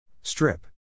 Strip